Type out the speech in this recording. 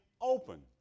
open